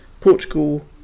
Portugal